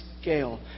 scale